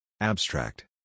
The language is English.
Abstract